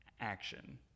action